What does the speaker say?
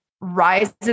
rises